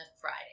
friday